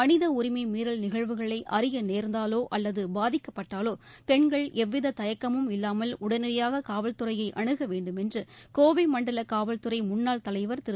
மனித உரிமை மீறல் நிகழ்வுகளை அறிய நேர்ந்தாலோ அல்லது பாதிக்கப்பட்டாலோ பெண்கள் எவ்வித தயக்கமும் இல்லாமல் உடனடியாக காவல்துறையை அனுக வேண்டும் என்று கோவை மண்டல காவல்துறை முன்னாள் தலைவர் திரு